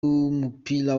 w’umupira